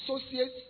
associates